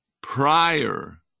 prior